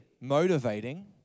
motivating